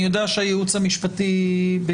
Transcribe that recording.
אני יודע שהייעוץ המשפטי העלה,